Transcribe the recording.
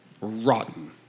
rotten